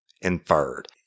inferred